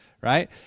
right